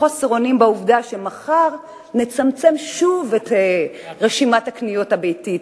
חוסר אונים ביחס לעובדה שמחר נצמצם שוב את רשימת הקניות הביתית,